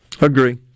Agree